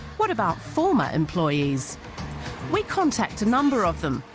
what about former employees we contact a number of them,